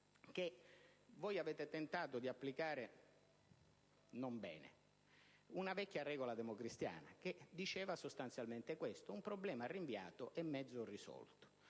che voi avete tentato di applicare - e non bene - una vecchia regola democristiana che diceva sostanzialmente questo: un problema rinviato è mezzo risolto.